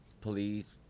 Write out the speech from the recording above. Police